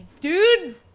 Dude